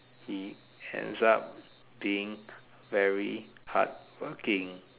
he ends up being very hardworking